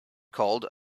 called